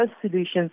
solutions